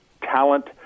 talent